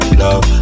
love